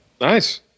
Nice